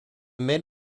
mid